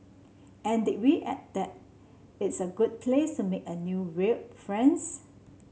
and did we add that it's a good place to make a new weird friends